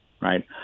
right